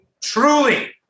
truly